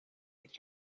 could